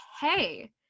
Hey